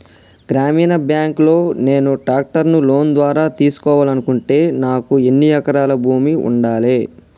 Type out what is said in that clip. గ్రామీణ బ్యాంక్ లో నేను ట్రాక్టర్ను లోన్ ద్వారా తీసుకోవాలంటే నాకు ఎన్ని ఎకరాల భూమి ఉండాలే?